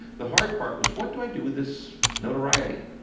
the hard part was what do i do with this notoriety?